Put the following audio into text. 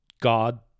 god